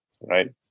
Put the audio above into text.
right